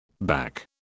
back